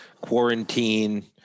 quarantine